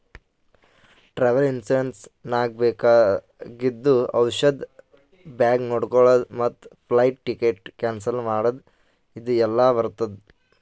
travel insurance ನಾಗ್ ಬೇಕಾಗಿದ್ದು ಔಷಧ ಬ್ಯಾಗ್ ನೊಡ್ಕೊಳದ್ ಮತ್ ಫ್ಲೈಟ್ ಟಿಕೆಟ್ ಕ್ಯಾನ್ಸಲ್ ಮಾಡದ್ ಇದು ಎಲ್ಲಾ ಬರ್ತುದ